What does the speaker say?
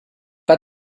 pas